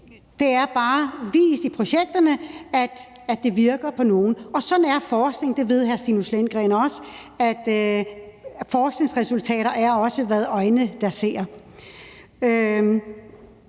det er bare vist i projekterne, at det virker på nogle. Og sådan er forskning, og hr. Stinus Lindgreen ved også, at forskningsresultater afhænger af øjnene, der ser.